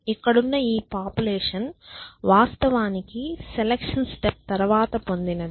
ఇక్కడున్న ఈ పాపులేషన్ వాస్తవానికి సెలక్షన్ స్టెప్ తర్వాత పొందినది